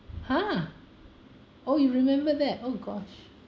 !huh! oh you remember that oh gosh